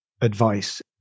advice